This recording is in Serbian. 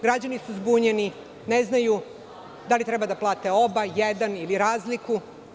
Građani su zbunjeni, ne znaju da li treba da plate oba, jedan ili razliku.